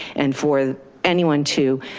and for anyone to